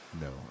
No